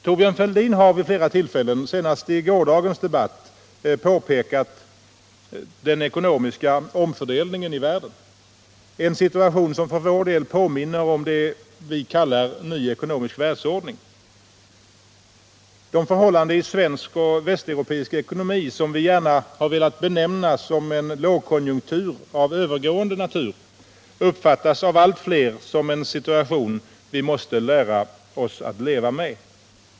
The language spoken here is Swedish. Thorbjörn Fälldin har vid flera tillfällen, senast i gårdagens debatt, påpekat den ekonomiska omfördelningen i världen, en situation som för vår del påminner om det vi kallar en ny ekonomisk världsordning. Det förhållande i svensk och västeuropeisk ekonomi som vi gärna velat benämna en lågkonjunktur av övergående natur uppfattas mer av allt fler som en situation vi måste lära oss att leva med.